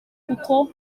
kuko